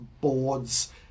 boards